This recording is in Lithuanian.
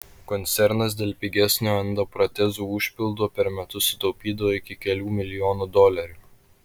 koncernas dėl pigesnio endoprotezų užpildo per metus sutaupydavo iki kelių milijonų dolerių